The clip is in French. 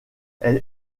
elle